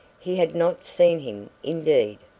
he had not seen him indeed,